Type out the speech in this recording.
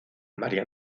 maría